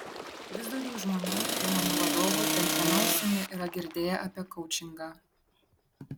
vis daugiau žmonių įmonių vadovų bent viena ausimi yra girdėję apie koučingą